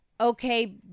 Okay